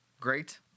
Great